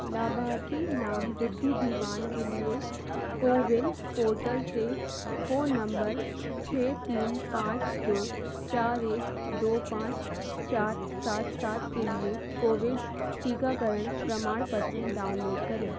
लाभार्थी नाम रिद्धि दीवान के लिए कोविन पोर्टल से फ़ोन नंबर छः तीन पाँच दो चार एक दो पाँच चार सात सात के लिए कोविड टीकाकरण प्रमाणपत्र डाउनलोड करें